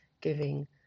giving